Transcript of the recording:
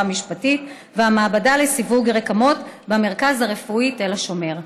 משפטית והמעבדה לסיווג רקמות במרכז הרפואי תל השומר.